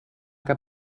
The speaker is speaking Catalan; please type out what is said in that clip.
que